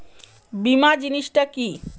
বীমা জিনিস টা কি?